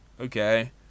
Okay